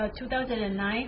2009